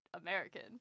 American